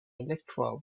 elektra